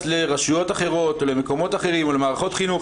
לרשויות אחרות או למקומות אחרים או למערכות חינוך,